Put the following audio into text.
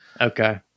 Okay